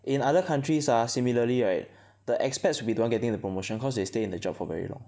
in other countries ah similarly right the expats will be the one getting the promotion cause they stay in the job for very long